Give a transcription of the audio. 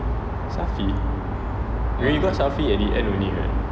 safi maybe cause safi at the end only right